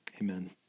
Amen